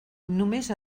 només